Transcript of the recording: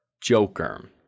Joker